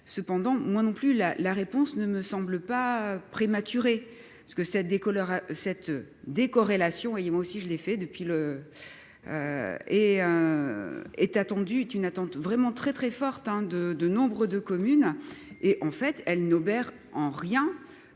cependant moi non plus la la réponse ne me semble pas prématuré ce que cette décollera cette décorrélation et moi aussi je l'ai fait depuis le. Et. Est attendu d'une attente vraiment très très fort hein de de nombre de communes et en fait elle n'obère en rien.